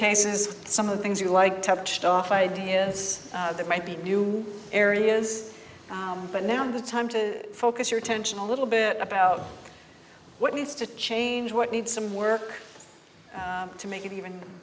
cases some of the things you like touched off ideas that might be new areas but now the time to focus your attention a little bit about what needs to change what needs some work to make it even